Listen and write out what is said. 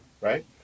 right